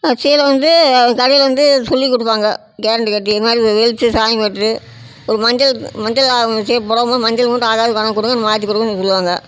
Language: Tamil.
சீலை வந்து கடையில் வந்து சொல்லிக் கொடுப்பாங்க கேரண்டி காட்டி இது மாதிரி வெளுத்து சாயம் பட்டு ஒரு மஞ்சள் மஞ்சள் ஆனுச்சு புடவ பூரா மஞ்சள் மட்டும் ஆகாம கொண்டாந்து கொடுங்க மாற்றி கொடுக்குறேன்னு சொல்வாங்க